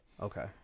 okay